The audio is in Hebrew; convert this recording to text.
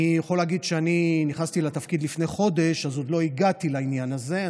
אני יכול להגיד שאני נכנסתי לתפקיד לפני חודש ועוד לא הגעתי לעניין הזה.